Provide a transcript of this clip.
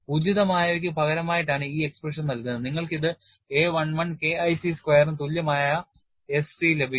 ഉചിതമായവയ്ക്ക് പകരമായിട്ടാണ് ഈ എക്സ്പ്രഷൻ നൽകുന്നത് നിങ്ങൾക്ക് ഇത് a11 K IC സ്ക്വയറിന് തുല്യമായ S c ലഭിക്കും